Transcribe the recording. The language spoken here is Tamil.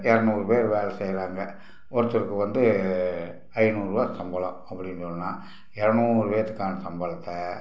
இரநூறு பேர் வேலை செய்கிறாங்க ஒருத்தருக்கு வந்து ஐந்நூறுரூவா சம்பளம் அப்படின்னு சொன்னால் இரநூறு பேத்துக்கான சம்பளத்தை